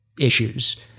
issues